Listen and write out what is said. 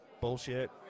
Bullshit